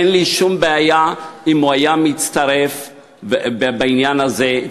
אין לי שום בעיה אם הוא היה מצטרף בעניין הזה,